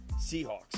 Seahawks